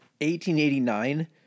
1889